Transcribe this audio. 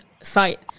site